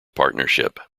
partnership